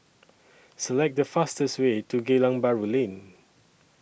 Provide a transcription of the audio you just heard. Select The fastest Way to Geylang Bahru Lane